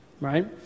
right